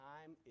time